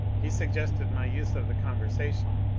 he suggested my use of the conversation,